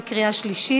עברה בקריאה שלישית,